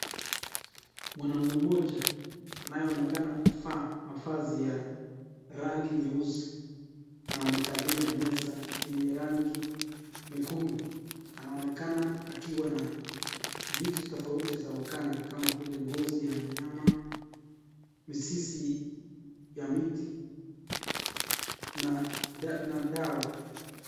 Mwanaume moja, anayeonekana kuvaa mavazi ya rangi nyeusi na amekalimeza yenye rangi nyekundu. Anaonekana akiwa na vitu tofauti vya uganga kama vile ngozi ya nyama ,mizizi ya miti na dawa.